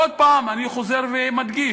עוד הפעם אני חוזר ומדגיש: